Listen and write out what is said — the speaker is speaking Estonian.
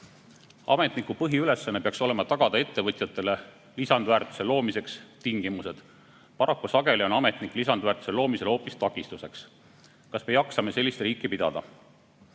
Ametniku põhiülesanne peaks olema tagada ettevõtjatele lisandväärtuse loomiseks tingimused. Paraku sageli on ametnik lisandväärtuse loomisel hoopis takistuseks. Kas me jaksame sellist riiki pidada? Tuleks